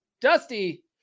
Dusty